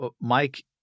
Mike